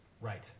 Right